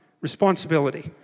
responsibility